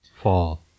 fall